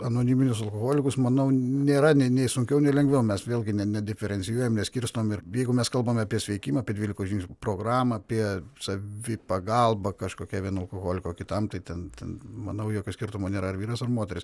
anoniminius alkoholikus manau nėra nei nei sunkiau nei lengviau mes vėlgi ne nediferencijuojam neskirtom ir jeigu mes kalbam apie sveikimą apie dvylikos žingsnių programą apie savipagalbą kažkokią vieno alkoholiko kitam tai ten ten manau jokio skirtumo nėra ar vyras ar moteris